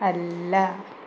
അല്ല